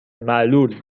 معلول